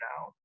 now